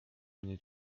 mnie